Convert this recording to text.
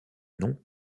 noms